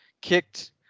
kicked